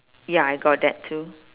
ya I got that too